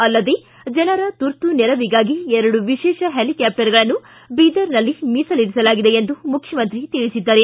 ಅಲ್ಲದೇ ಜನರ ತುರ್ತು ನೆರವಿಗಾಗಿ ಎರಡು ವಿಶೇಷ ಹೆಲಿಕ್ಕಾಪ್ಟರ್ಗಳನ್ನು ಬೀದರ್ನಲ್ಲಿ ಮೀಸಲಿರಿಸಲಾಗಿದೆ ಎಂದು ಮುಖ್ಯಮಂತ್ರಿ ತಿಳಿಸಿದ್ದಾರೆ